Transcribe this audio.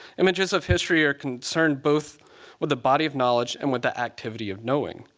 images of history are concerned both with the body of knowledge and with the activity of knowing.